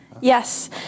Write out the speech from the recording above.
Yes